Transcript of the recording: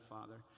Father